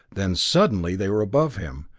then suddenly they were above him,